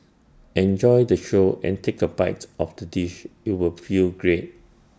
enjoy the show and take A bite of the dish you will feel great